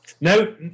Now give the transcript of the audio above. No